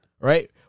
right